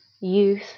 youth